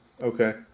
Okay